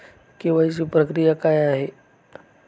KYC प्रक्रिया काय आहे?